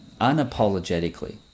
unapologetically